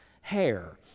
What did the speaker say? hair